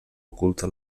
oculta